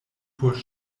por